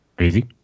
Easy